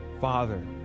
father